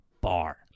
bar